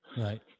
Right